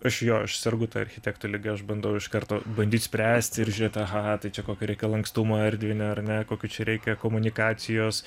aš jo aš sergu ta architektų liga aš bandau iš karto bandyt spręsti ir žiūrėti aha tai čia kokio reikia lankstumo erdvinio ar ne kokių čia reikia komunikacijos